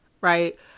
right